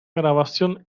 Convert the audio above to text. grabación